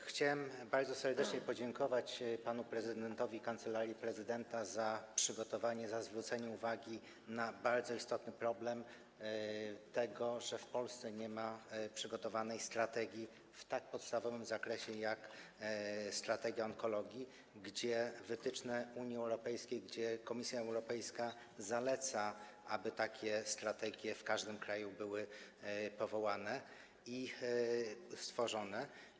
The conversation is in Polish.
Chciałem bardzo serdecznie podziękować panu prezydentowi i Kancelarii Prezydenta za przygotowanie, za zwrócenie uwagi na bardzo istotny problem, że w Polsce nie ma przygotowanej strategii w tak podstawowym zakresie jak onkologia, gdzie są wytyczne Unii Europejskiej, gdzie Komisja Europejska zaleca, aby takie strategie w każdym kraju były powołane, stworzone.